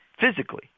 physically